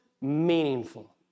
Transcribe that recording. meaningful